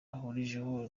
bahurijeho